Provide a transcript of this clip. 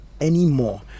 anymore